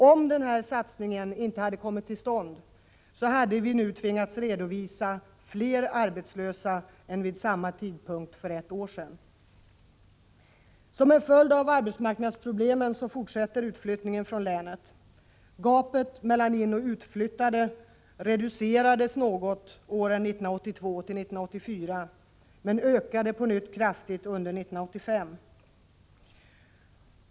Om denna satsning inte hade kommit till stånd, hade vi nu tvingats redovisa fler arbetslösa än vid samma tidpunkt för ett år sedan. Som en följd av arbetsmarknadsproblemen fortsätter utflyttningen från länet. Gapet mellan antalet inoch utflyttade reducerades något åren 1982-1984 men ökade på nytt kraftigt under 1985.